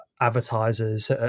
advertisers